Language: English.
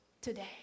today